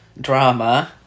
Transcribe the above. drama